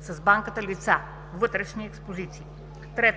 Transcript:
3.